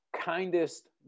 kindest